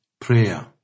Prayer